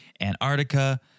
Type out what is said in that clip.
Antarctica